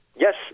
Yes